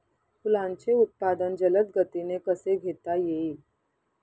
फुलांचे उत्पादन जलद गतीने कसे घेता येईल?